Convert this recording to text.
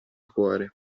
cuore